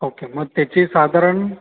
okay मग त्याची साधारण